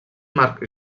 marc